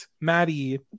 maddie